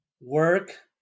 work